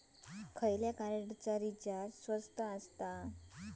खयच्या कार्डचा रिचार्ज स्वस्त आसा?